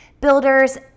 builders